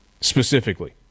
specifically